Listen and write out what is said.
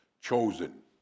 chosen